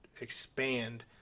expand